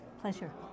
Pleasure